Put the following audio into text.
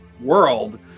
world